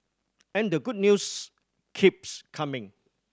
and the good news keeps coming